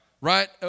right